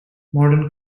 modern